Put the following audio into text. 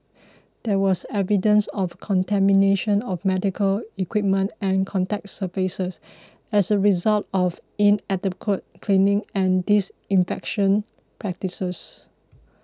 there was evidence of contamination of medical equipment and contact surfaces as a result of inadequate cleaning and disinfection practices